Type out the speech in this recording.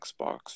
Xbox